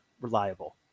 Reliable